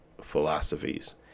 philosophies